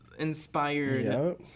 Inspired